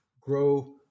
grow